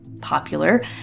popular